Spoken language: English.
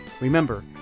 Remember